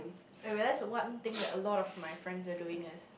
I realise one thing that a lot of my friends are doing is